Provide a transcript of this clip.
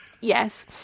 yes